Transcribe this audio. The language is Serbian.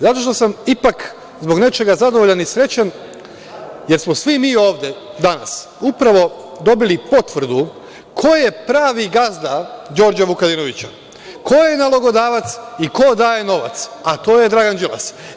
Zato što sam ipak zbog nečega zadovoljan i srećan jer smo svi mi ovde danas upravo dobili potvrdu ko je pravi gazda Đorđa Vukadinovića, ko je nalogodavac i ko daje novac, a to je Dragan Đilas.